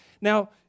Now